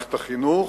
למערכת החינוך,